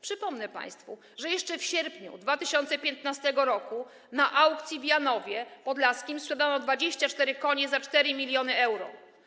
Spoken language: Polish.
Przypomnę państwu, że jeszcze w sierpniu 2015 r. na aukcji w Janowie Podlaskim sprzedano 24 konie za 4 mln euro.